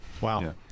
Wow